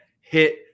hit